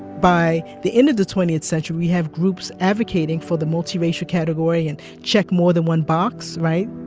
by the end of the twentieth century, we have groups advocating for the multiracial category and check more than one box, right?